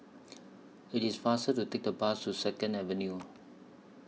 IT IS faster to Take The Bus to Second Avenue